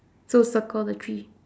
so circle the tree